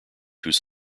whose